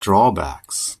drawbacks